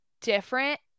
different